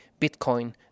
Bitcoin